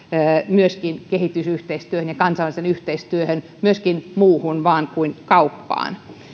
myöskin kehitysyhteistyöhön ja kansainväliseen yhteistyöhön myöskin muuhun kuin vain kauppaan